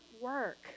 work